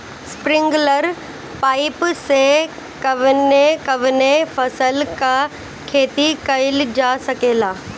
Sprinkler pipe से कवने कवने फसल क खेती कइल जा सकेला?